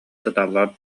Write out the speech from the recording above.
сыталлар